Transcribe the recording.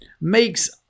makes